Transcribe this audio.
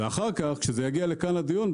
וכשזה יגיע לכאן לדיון,